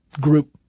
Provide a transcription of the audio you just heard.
group